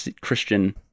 Christian